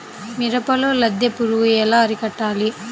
మిరపలో లద్దె పురుగు ఎలా అరికట్టాలి?